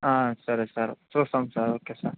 సరే సార్ చూస్తాం sir okay sir